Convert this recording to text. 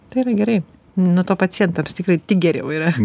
tai yra gerai nuo to pacientams tikrai geriau yra